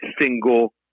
single